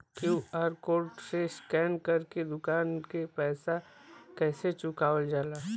QR code से scan कर के दुकान के पैसा कैसे चुकावल जाला?